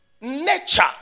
nature